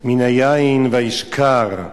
מן היין וישכר,